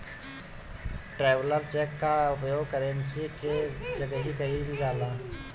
traveller cheque कअ उपयोग currency के जगही कईल जाला